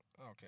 Okay